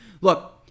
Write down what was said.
look